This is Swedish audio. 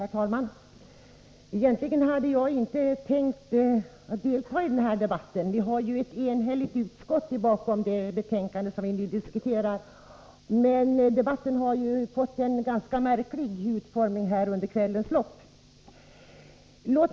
Herr talman! Egentligen hade jag inte tänkt delta i den här debatten, för det står ett enhälligt utskott bakom det betänkande som vi nu diskuterar. Men debatten har ju fått en ganska märklig utformning under kvällens lopp.